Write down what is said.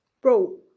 Bro